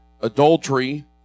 Adultery